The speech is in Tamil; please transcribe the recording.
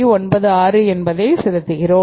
96 என்பதை செலுத்துகிறோம்